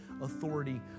authority